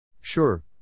Sure